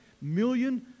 million